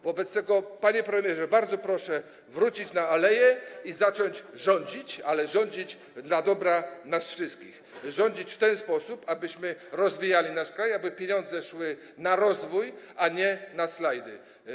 Wobec tego, panie premierze, bardzo proszę wrócić na Aleje i zacząć rządzić, ale rządzić dla dobra nas wszystkich, rządzić w ten sposób, abyśmy rozwijali nasz kraj, aby pieniądze szły na rozwój, a nie na slajdy.